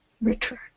return